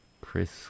Chris